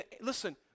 listen